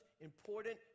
important